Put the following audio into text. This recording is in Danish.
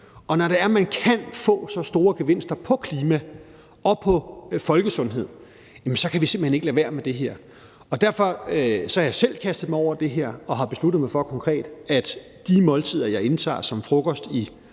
er, at man kan få så store gevinster i forhold til klima og folkesundhed, kan vi simpelt hen ikke lade være med det her. Derfor har jeg selv kastet mig over det her og har besluttet mig for konkret, at de måltider, jeg indtager som frokost i